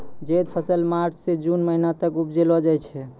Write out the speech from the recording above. जैद फसल मार्च सें जून महीना तक उपजैलो जाय छै